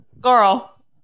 girl